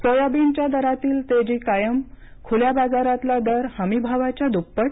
सोयाबीनच्या दरातील तेजी कायम खूल्या बाजारातला दर हमीभावाच्या दृप्पट